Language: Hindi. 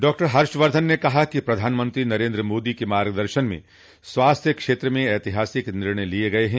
डॉ हर्षवर्धन ने कहा कि प्रधानमंत्री नरेन्द्र मोदी के मार्गदर्शन में स्वास्थ्य क्षेत्र में ऐतिहासिक निर्णय लिए गए हैं